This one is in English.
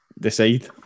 decide